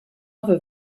other